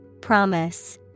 Promise